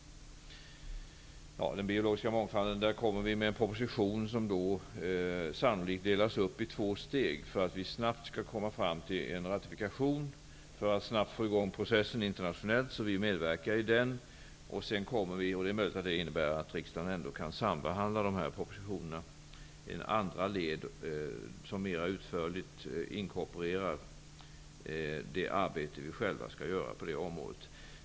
Beträffande den biologiska mångfalden kommer vi med en proposition som sannolikt delas upp i två steg, för att vi snabbt skall komma fram till en ratifikation och snabbt få i gång processen internationellt, så vi medverkar i den. Det är möjligt att det innebär att riksdagen kan sambehandla de här propositionerna i ett andra led, som mera utförligt inkorporerar det arbete vi själva skall göra på det området.